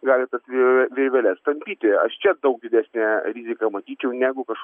gali tas vi virveles tampyti aš čia daug didesnę riziką matyčiau negu kaž